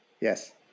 Yes